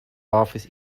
office